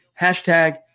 Hashtag